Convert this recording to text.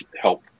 help